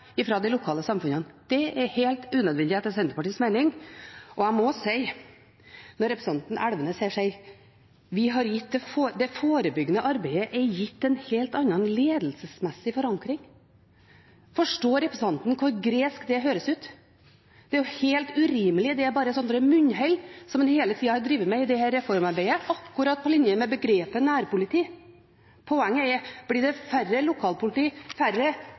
de lokale samfunnene. Det er helt unødvendig, etter Senterpartiets mening. Og jeg må si, når representanten Elvenes her sier at det forebyggende arbeidet er gitt en helt annen, en ledelsesmessig, forankring: Forstår representanten hvor gresk det høres ut? Det er jo helt urimelig – det er bare et slikt munnhell som en hele tida har drevet med i dette reformarbeidet, akkurat på linje med begrepet nærpoliti. Poenget er: Blir det mindre lokalpoliti, færre